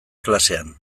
klasean